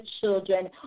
children